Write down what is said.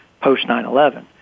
post-9-11